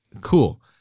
Cool